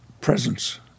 Presence